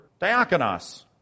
diakonos